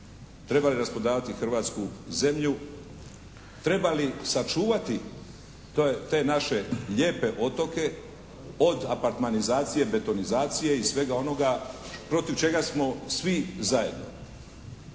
Treba li rasprodavati hrvatsku zemlju, treba li sačuvati te naše lijepe otoke od apartmanizacije, betonizacije i svega onoga protiv čega smo svi zajedno.